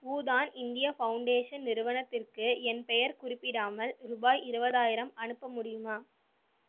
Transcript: ஊதான் India foundation நிறுவனத்திற்கு என் பெயர் குறிப்பிடாமல் ரூபாய் இருபதாயிரம் அனுப்ப முடியுமா